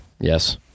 Yes